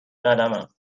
قلمم